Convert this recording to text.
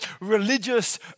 religious